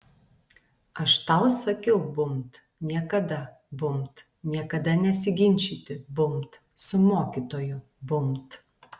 aš tau sakiau bumbt niekada bumbt niekada nesiginčyti bumbt su mokytoju bumbt